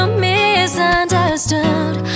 misunderstood